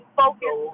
focus